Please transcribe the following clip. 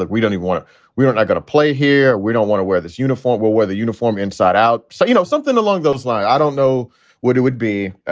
look, we'd only want to we weren't going to play here. we don't want to wear this uniform will wear the uniform inside out. so, you know something along those lines. i don't know what it would be.